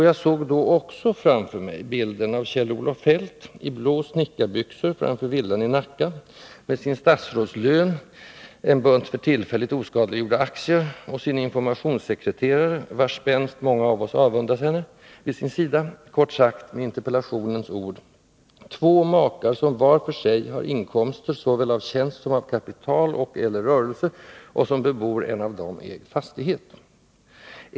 Jag såg då också framför mig bilden av Kjell-Olof Feldt i blå snickarbyxor framför villan i Nacka, med sin statsrådslön, en bunt för tillfället oskadliggjorda aktier och med sin informationssekreterare — vars spänst många av oss avundas henne — vid sin sida. Kort sagt, med interpellationens ord: ”två makar som var för sig har inkomster såväl av tjänst som av kapital och/eller rörelse och som bebor en av dem ägd fastighet”.